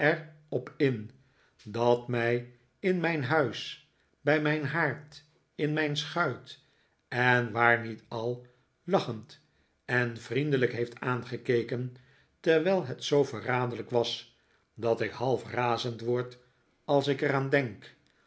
op in dat mij in mijn huis bij mijn haard in mijii schuit en waar niet al lachend en vriendelijk heeft aangekeken terwijl het zoo verraderlijk was dat ik half razend word als ik er aan denk